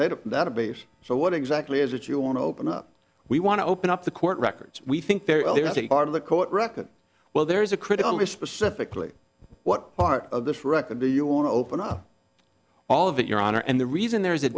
data that abuse so what exactly is it you want to open up we want to open up the court records we think there is a part of the court record well there is a critically specifically what part of this record do you want to open up all of it your honor and the reason there is